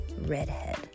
redhead